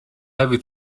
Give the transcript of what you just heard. heavy